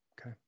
okay